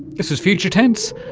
this is future tense,